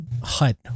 hut